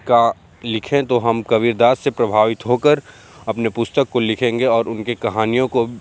का लिखें तो हम कबीरदास से प्रभावित होकर अपने पुस्तक को लिखेंगे और उनकी कहानियों को